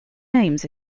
names